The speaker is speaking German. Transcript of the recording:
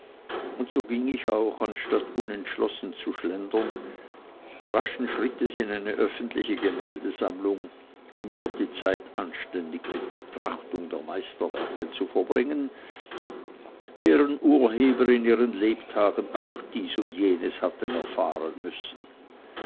und so ging ich auch anstatt unentschlossen zu schlendern raschen schrittes in eine öffentliche gemäldesammlung um dort die zeit anständig mit betrachtung der meisterwerke zu verbringen deren urheber in ihren lebtagen auch dies und jenes hatten erfahren müssen